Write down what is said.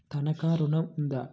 తనఖా ఋణం ఉందా?